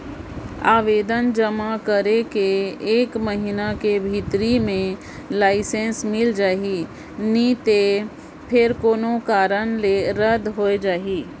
आवेदन जमा करे कर एक महिना कर भीतरी में लाइसेंस मिल जाही नी तो फेर कोनो कारन ले रद होए जाही